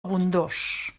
abundós